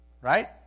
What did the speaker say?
right